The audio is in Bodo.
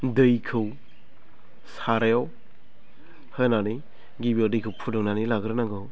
दैखौ सारायाव होनानै गिबियाव दैखौ फुदुंनानै लाग्रोनांगौ